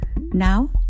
Now